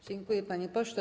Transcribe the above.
Dziękuję, panie pośle.